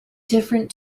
different